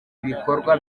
ibikorwa